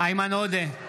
איימן עודה,